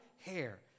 hair